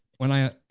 when i